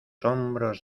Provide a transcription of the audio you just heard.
hombros